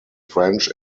french